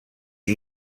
you